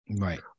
right